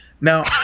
Now